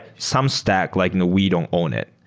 some stack, like and we don't own it.